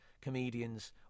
Comedians